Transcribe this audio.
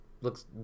looks